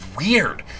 weird